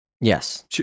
Yes